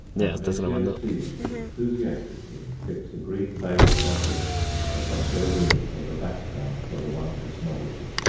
and messrs. stevens enthusiastically fixed a green baize partition across their rooms as a background for the wondrous novelty.